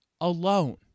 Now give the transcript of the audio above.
Alone